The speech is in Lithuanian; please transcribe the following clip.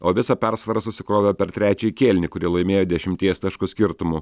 o visą persvarą susikrovė per trečiąjį kėlinį kurie laimėjo dešimties taškų skirtumu